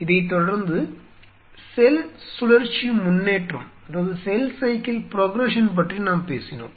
இதைத் தொடர்ந்து செல் சுழற்சி முன்னேற்றம் பற்றி நாம் பேசினோம்